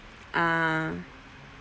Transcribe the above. ah